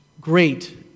great